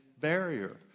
barrier